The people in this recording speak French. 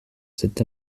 cet